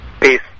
Peace